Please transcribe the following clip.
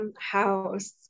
house